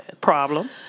problem